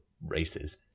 races